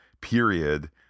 period